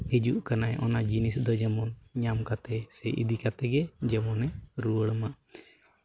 ᱦᱤᱡᱩᱜ ᱠᱟᱱᱟᱭ ᱚᱱᱟ ᱡᱤᱱᱤᱥ ᱫᱚ ᱡᱮᱢᱚᱱ ᱧᱟᱢ ᱠᱟᱛᱮᱫ ᱜᱮ ᱥᱮ ᱤᱫᱤ ᱠᱟᱛᱮᱫ ᱜᱮ ᱡᱮᱢᱚᱱᱮ ᱨᱩᱣᱟᱹᱲ ᱢᱟ